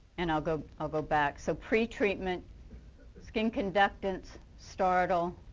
and i'll go i'll go back. so pre-treatment skin conductance, startle,